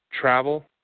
Travel